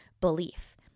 belief